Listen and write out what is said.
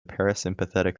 parasympathetic